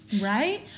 Right